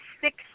six